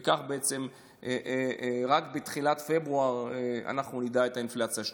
ובעצם רק בתחילת פברואר נדע מה הייתה האינפלציה השנתית.